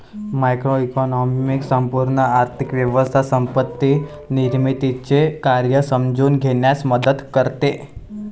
macroeconomics संपूर्ण आर्थिक व्यवस्था संपत्ती निर्मितीचे कार्य समजून घेण्यास मदत करते